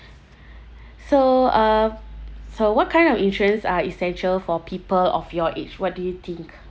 so uh so what kind of insurance are essential for people of your age what do you think